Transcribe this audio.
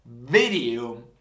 video